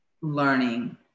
learning